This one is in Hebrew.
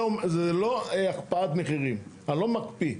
זה לא הקפאת מחירים, אני לא מקפיא.